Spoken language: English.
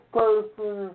person